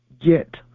Get